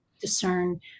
discern